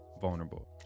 vulnerable